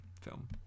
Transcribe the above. film